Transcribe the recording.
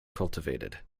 cultivated